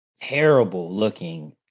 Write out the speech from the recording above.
terrible-looking